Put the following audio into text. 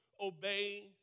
obey